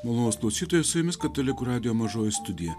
malonūs klausytojai su jumis katalikų radijo mažoji studija